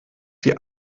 die